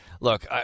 Look